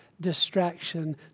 distraction